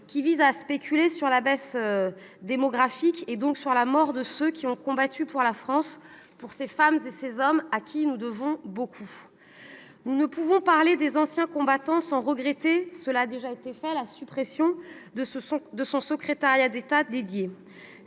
qui visent à spéculer sur la baisse démographique, et donc sur la mort de ceux qui ont combattu pour la France, de ces femmes et de ces hommes à qui nous devons beaucoup. Nous ne pouvons parler des anciens combattants sans regretter la suppression du secrétariat d'État qui